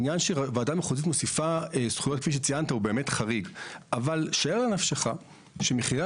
אין ספק שמה שעולה מהפניות הוא מצב שמצדיק התערבות שהיא